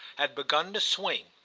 had begun to swing,